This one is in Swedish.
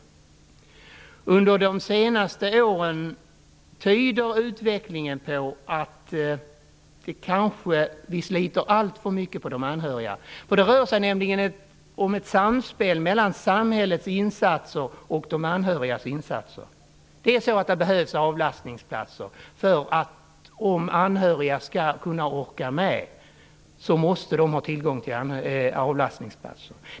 Utvecklingen under de senaste åren tyder på att vi sliter alltför mycket på de anhöriga. Det rör sig nämligen om ett samspel mellan samhällets insatser och de anhörigas insatser. Det behövs avlastningsplatser. Om anhöriga skall kunna orka med måste de ha tillgång till avlastningsplatser.